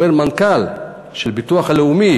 אומר מנכ"ל הביטוח הלאומי